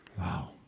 Wow